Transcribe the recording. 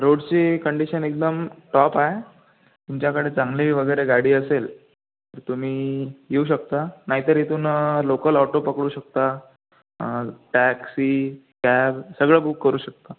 रोडची कंडीशन एकदम टॉप आहे तुमच्याकडे चांगली वगैरे गाडी असेल तर तुम्ही येऊ शकता नाहीतर इथून लोकल ऑटो पकडू शकता टॅक्सी कॅब सगळं बुक करू शकता